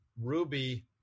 Ruby